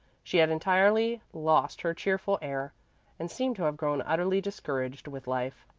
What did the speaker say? she had entirely lost her cheerful air and seemed to have grown utterly discouraged with life.